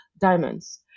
diamonds